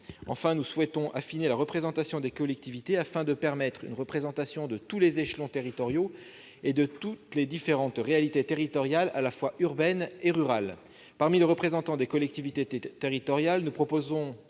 Enfin, nous souhaitons affiner la représentation des collectivités afin de permettre une représentation de tous les échelons territoriaux et de toutes les réalités territoriales, à la fois urbaines et rurales. Parmi les représentants des collectivités territoriales, nous proposons